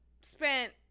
spent